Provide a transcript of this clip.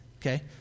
Okay